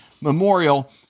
memorial